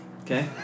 Okay